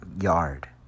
yard